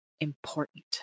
important